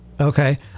Okay